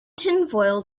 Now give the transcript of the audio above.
tinfoil